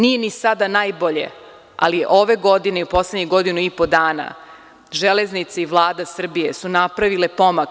Nije ni sada najbolje, ali ove godine i u poslednjih godinu i po dana Železnice i Vlada Srbije su napravile pomak.